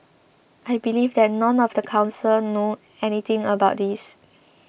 I believe that none of the council know anything about this